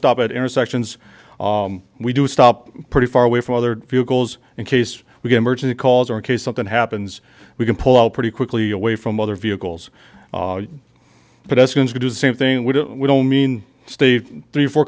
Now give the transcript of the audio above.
stop at intersections we do stop pretty far away from other vehicles in case we can merge in the calls or in case something happens we can pull out pretty quickly away from other vehicles but as soon as we do the same thing we do we don't mean steve three or four